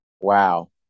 Wow